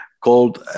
called